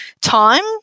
time